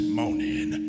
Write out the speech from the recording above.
morning